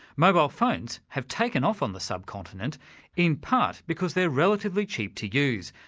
mobile phones have taken off on the sub-continent in part because they're relatively cheap to use,